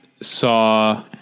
saw